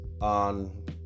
on